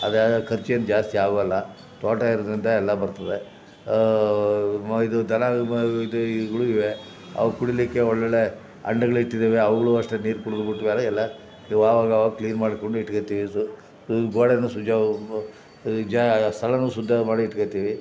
ಖರ್ಚೇನು ಜಾಸ್ತಿ ಆಗೊಲ್ಲ ತೋಟ ಇರೊದರಿಂದ ಎಲ್ಲ ಬರ್ತದೆ ಮ ಇದು ದನ ಇದು ಈಗಲೂ ಇವೆ ಅವು ಕುಡಿಲಿಕ್ಕೆ ಒಳ್ಳೊಳ್ಳೆಯ ಹಂಡೆಗಳ ಇಟ್ಟಿದ್ದೇವೆ ಅವ್ಗಳೂ ಅಷ್ಟೇ ನೀರು ಕುಡಿದ್ಬಿಟ್ಟಮೇಲೆ ಎಲ್ಲ ಇವು ಆವಾಗಾವಾಗ ಕ್ಲೀನ್ ಮಾಡಿಕೊಂಡು ಇಟ್ಕೋತಿವಿ ಗೋಡೆನೂ ಸುಜ ಈ ಜಾಗ ಸ್ಥಳನೂ ಶುದ್ಧ ಮಾಡಿ ಇಟ್ಕೋತಿವಿ